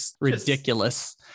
Ridiculous